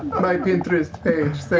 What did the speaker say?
my pinterest page says